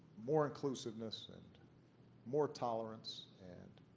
more inclusiveness and more tolerance and